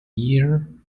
year